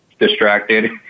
distracted